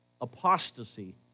Apostasy